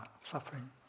suffering